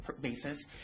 basis